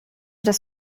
das